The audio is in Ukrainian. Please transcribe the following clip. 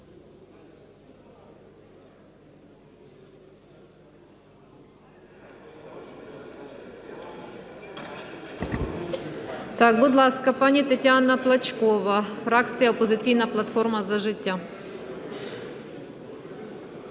будь ласка, пані Тетяна Плачкова, фракція "Опозиційна платформа – За життя".